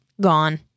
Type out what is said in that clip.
gone